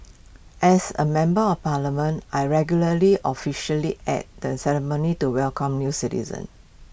as A member of parliament I regularly officially at the ceremonies to welcome new citizens